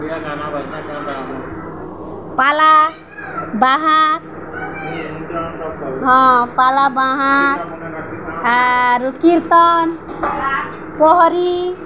ପାଲା ବାହା ହଁ ପାଲା ବାହାଟ କୀର୍ତ୍ତନ ପ୍ରହରୀ